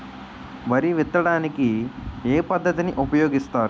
వరి విత్తడానికి ఏ పద్ధతిని ఉపయోగిస్తారు?